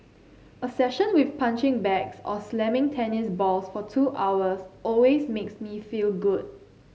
a session with punching bags or slamming tennis balls for two hours always makes me feel good